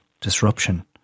disruption